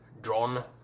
drawn